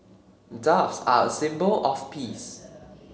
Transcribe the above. doves are a symbol of peace